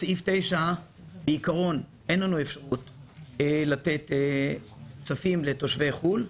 על פי סעיף 9 לחוק הביטוח הלאומי אין לנו אפשרות לתת כסף לתושבי חו"ל.